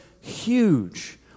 huge